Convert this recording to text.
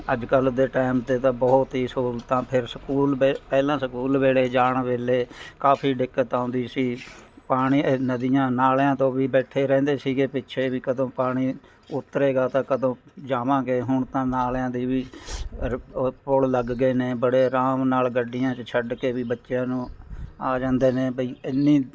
ਅੱਜ ਕੱਲ੍ਹ ਦੇ ਟਾਇਮ 'ਤੇ ਤਾਂ ਬਹੁਤ ਹੀ ਸਹੂਲਤਾਂ ਫੇਰ ਸਕੂਲ ਵੇ ਪਹਿਲਾਂ ਸਕੂਲ ਵੇਲੇ ਜਾਣ ਵੇਲੇ ਕਾਫ਼ੀ ਦਿੱਕਤ ਆਉਂਦੀ ਸੀ ਪਾਣੀ ਨਦੀਆਂ ਨਾਲਿਆਂ ਤੋਂ ਵੀ ਬੈਠੇ ਰਹਿੰਦੇ ਸੀਗੇ ਪਿੱਛੇ ਵੀ ਕਦੋਂ ਪਾਣੀ ਉਤਰੇਗਾ ਤਾਂ ਕਦੋਂ ਜਾਵਾਂਗੇ ਹੁਣ ਤਾਂ ਨਾਲਿਆਂ ਦੀ ਵੀ ਪੁੱਲ ਲੱਗ ਗਏ ਨੇ ਬੜੇ ਆਰਾਮ ਨਾਲ਼ ਗੱਡੀਆਂ 'ਚ ਛੱਡ ਕੇ ਵੀ ਬੱਚਿਆਂ ਨੂੰ ਆ ਜਾਂਦੇ ਨੇ ਵੀ ਐਨੀ